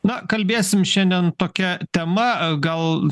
na kalbėsim šiandien tokia tema gal